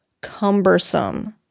cumbersome